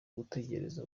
gutegereza